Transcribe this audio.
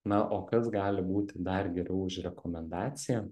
na o kas gali būti dar geriau už rekomendaciją